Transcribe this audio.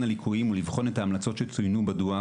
הליקויים ולבחון את ההמלצות שצוינו בדוח,